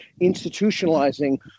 institutionalizing